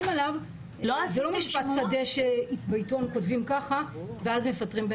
עליו זה לא משפט שדה שבעיתון כותבים ככה ואז מפטרים בן אדם.